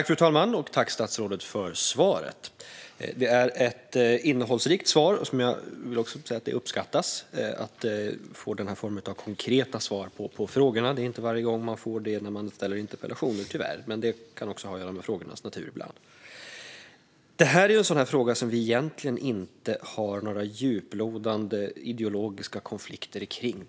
Fru talman! Tack, statsrådet, för svaret! Det är ett innehållsrikt svar. Det uppskattas att få den här formen av konkreta svar på frågorna. Det får man tyvärr inte varje gång man ställer interpellationer. Men det kan också ha att göra med frågornas natur. Det här är en fråga som vi egentligen inte har några djuplodande ideologiska konflikter kring.